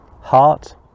heart